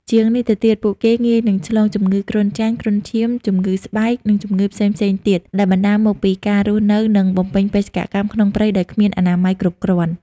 ជាងនេះទៅទៀត ពួកគេងាយនឹងឆ្លង ជំងឺគ្រុនចាញ់ គ្រុនឈាម ជំងឺស្បែក និងជំងឺផ្សេងៗទៀតដែលបណ្ដាលមកពីការរស់នៅ និងបំពេញបេសកកម្មក្នុងព្រៃដោយគ្មានអនាម័យគ្រប់គ្រាន់។